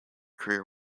career